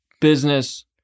business